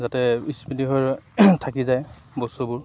যাতে স্মৃতি হৈ ৰয় থাকি যায় বস্তুবোৰ